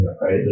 right